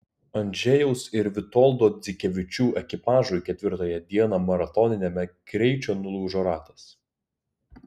andžejaus ir vitoldo dzikevičių ekipažui ketvirtąją dieną maratoniniame greičio nulūžo ratas